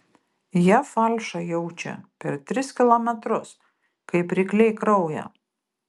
jie falšą jaučia per tris kilometrus kaip rykliai kraują